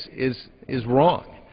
is is wrong.